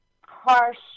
harsh